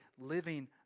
living